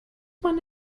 man